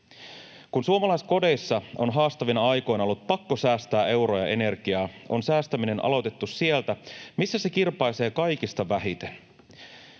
Kun suomalaiskodeissa on haastavina aikoina ollut pakko säästää euroja energiaan, on säästäminen aloitettu sieltä, missä se kirpaisee kaikista vähiten.